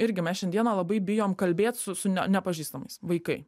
irgi mes šiandieną labai bijom kalbėt su su ne nepažįstamais vaikai